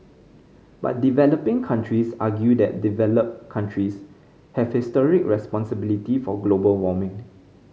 but developing countries argue that developed countries have historic responsibility for global warming